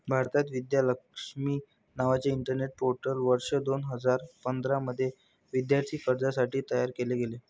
भारतात, विद्या लक्ष्मी नावाचे internet portal वर्ष दोन हजार पंधरा मध्ये विद्यार्थी कर्जासाठी तयार केले गेले